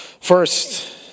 First